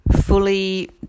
fully